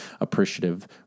appreciative